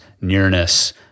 Nearness